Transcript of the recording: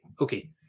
okay